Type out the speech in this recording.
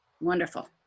Wonderful